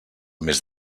mes